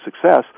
success